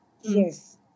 yes